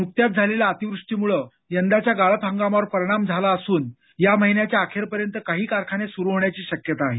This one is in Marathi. नुकत्याच झालेल्या अतिवृष्टीमुळं यंदाच्या गाळप हंगामावर परिणाम झाला असून या महिन्याच्या अखेरपर्यंत काही कारखाने सुरु होण्याची शक्यता आहे